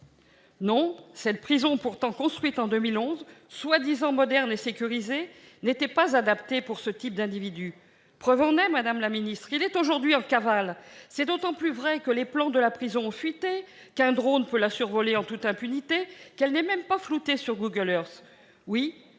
Non, cette prison, pourtant construite en 2011, prétendument moderne et sécurisée, n'était pas adaptée pour accueillir ce type de personnage ! La preuve en est qu'il est aujourd'hui en cavale. C'est d'autant plus vrai que les plans de la prison ont fuité, qu'un drone peut la survoler en toute impunité et qu'elle n'est même pas floutée sur ... Oui,